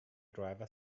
driver